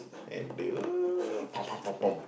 and be pom pom pom pom